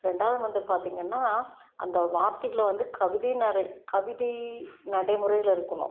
ரெண்டாவது வந்து பார்த்திங்கன்னா அந்த வார்த்தைகளை வந்து கவிதை நெறை கவிதை நடைமுறையில் இருக்கணும்